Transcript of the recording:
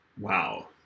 wow